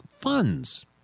funds